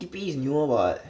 T_P is newer [what]